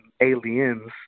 Aliens